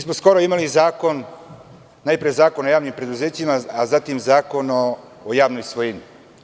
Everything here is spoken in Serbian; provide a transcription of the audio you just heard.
Skoro smo imali najpre Zakon o javnim preduzećima, a zatim Zakon o javnoj svojini.